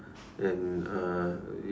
and uh if